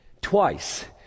twice